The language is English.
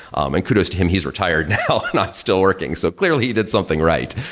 um and kudos to him, he's retired now and i'm still working. so, clearly, he did something right.